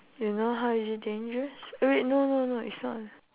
you know how is it dangerous eh wait no no no it's not